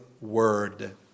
word